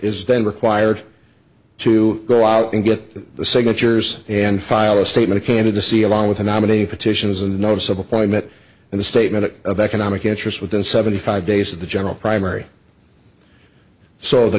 is then required to go out and get the signatures and file a statement of candidacy along with a nominee petitions a noticeable climate in the statement of economic interest within seventy five days of the general primary so the